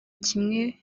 kimwe